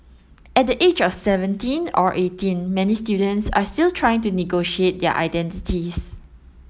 at the age of seventeen or eighteen many students are still trying to negotiate their identities